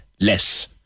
less